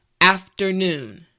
afternoon